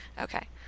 Okay